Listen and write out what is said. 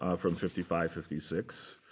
ah from fifty five, fifty six.